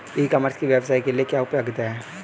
ई commerce की व्यवसाय के लिए क्या उपयोगिता है?